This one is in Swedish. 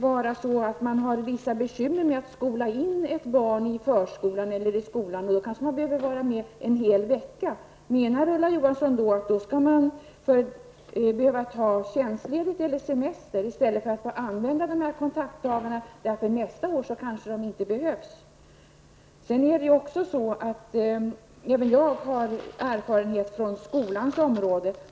För att skola in ett barn i skolan i förskolan kan föräldrarna behöva vara med en hel vecka. Menar Ulla Johansson att dessa föräldrar skall behöva ta tjänstledigt eller semester i stället för att använda kontaktdagar, som kanske inte behövs nästa år? Även jag har erfarenhet från skolans område.